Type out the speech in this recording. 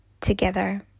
together